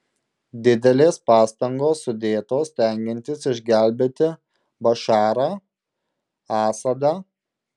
didelės pastangos sudėtos stengiantis išgelbėti bašarą asadą